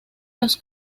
los